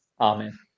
amen